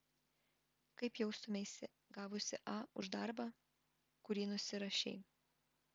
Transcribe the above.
kaip jaustumeisi gavusi a už darbą kurį nusirašei